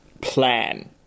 plan